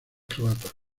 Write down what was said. croatas